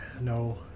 no